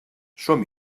som